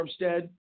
Armstead